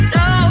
no